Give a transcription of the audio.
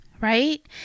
right